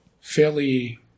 fairly